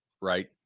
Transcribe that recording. right